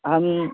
ہم